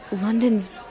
London's